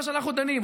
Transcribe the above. כל מה שאנחנו דנים.